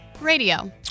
Radio